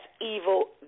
evil